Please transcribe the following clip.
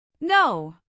No